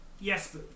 yes